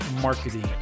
marketing